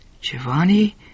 Giovanni